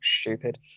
stupid